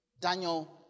Daniel